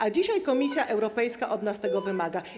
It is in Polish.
A dzisiaj Komisja Europejska od nas tego wymaga.